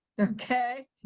Okay